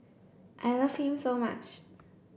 I love him so much